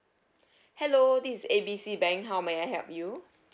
hello this is A B C bank how may I help you